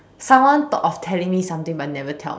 someone thought of telling me something but never tell me